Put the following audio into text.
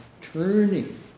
turning